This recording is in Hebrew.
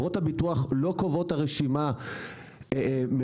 לא קובעות את הרשימה מראש,